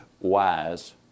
wise